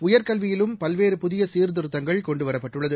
உயர்கல்வியிலும் பல்வேறு புதியசீர்திருத்தங்கள் கொண்டுவரப்பட்டுள்ளது